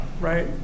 right